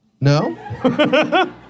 No